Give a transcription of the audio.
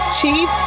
chief